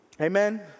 Amen